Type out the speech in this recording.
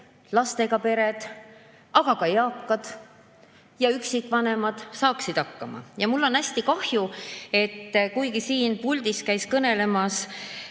lastega pered, aga ka eakad ja üksikvanemad saaksid hakkama. Mul on hästi kahju, et kuigi siin puldis käis kõnelemas